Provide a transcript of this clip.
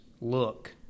look